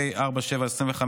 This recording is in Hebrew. פ/47/25,